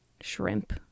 shrimp